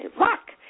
rock